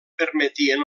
permetien